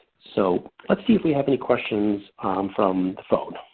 so let's see if we have any questions from the phone.